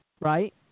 Right